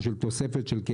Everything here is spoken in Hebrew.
אבל המטרה המרכזית שלה,